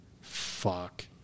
Fuck